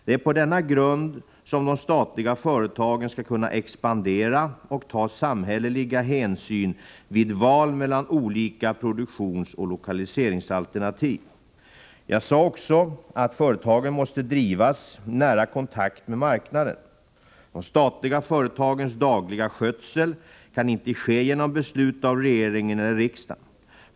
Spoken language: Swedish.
Det är på denna grund som de statliga företagen skall kunna expandera och ta samhälleliga hänsyn vid val mellan olika produktionsoch lokaliseringsalternativ. Jag sade också att företag måste drivas i nära kontakt med marknaden. De statliga företagens dagliga skötsel kan inte ske genom beslut av regeringen eller riksdagen.